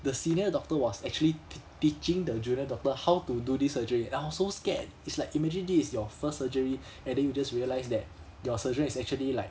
the senior doctor was actually te~ teaching the junior doctor how to do this surgery and I was so scared it's like imagine this is your first surgery and then you just realise that your surgery is actually like